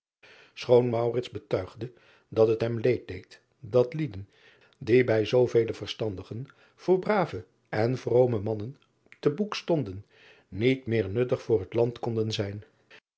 choon betuigde dat het hem leed deed dat lieden die bij zoovele verstandigen voor brave en vrome mannen te boek stonden niet meer nuttig voor het land konden zijn